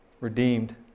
redeemed